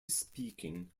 speaking